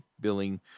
billing